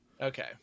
Okay